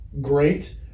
great